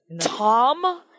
Tom